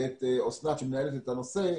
ואת אסנת שמנהלת את הנושא,